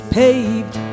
paved